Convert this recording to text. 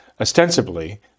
ostensibly